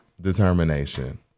Determination